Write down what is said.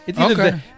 Okay